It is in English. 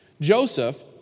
Joseph